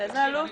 באיזה עלות?